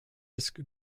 risk